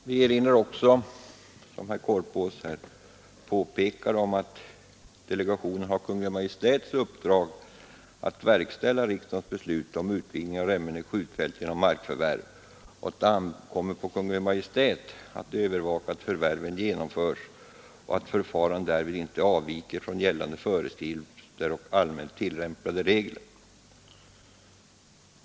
Vi erinrar också, som herr Korpås påpekade, om att delegationen har Kungl. Maj:ts uppdrag att verkställa riksdagens beslut om utvidgning av Remmene skjutfält genom markförvärv och att det ankommer på Kungl. Maj:t att övervaka att förvärven genomförs och att förfarandet därvid inte avviker från gällande föreskrifter och allmänt tillämpade regler.